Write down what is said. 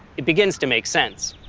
it begins to make sense.